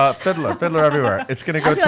ah fiddler, fiddler everywhere. it's gonna go yeah